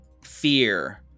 fear